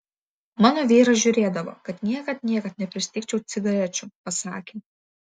mano vyras žiūrėdavo kad niekad niekad nepristigčiau cigarečių pasakė